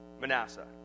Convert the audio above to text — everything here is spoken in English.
Manasseh